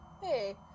hey